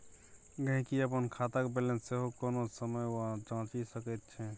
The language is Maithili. गहिंकी अपन खातक बैलेंस सेहो कोनो समय जांचि सकैत छै